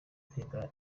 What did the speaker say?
kwiga